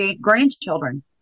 grandchildren